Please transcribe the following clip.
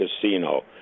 casino